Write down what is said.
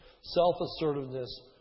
Self-assertiveness